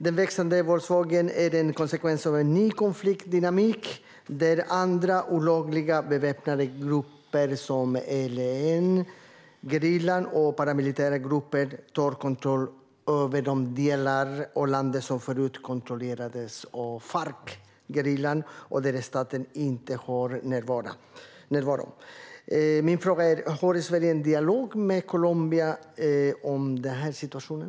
Den växande våldsvågen är en konsekvens av en ny konfliktdynamik där andra olagliga beväpnade grupper som ELN-gerillan och paramilitära grupper tar kontroll över de delar av landet som förut kontrollerades av Farcgerillan och där staten inte har närvaro. Min fråga är: Har Sverige en dialog med Colombia om den här situationen?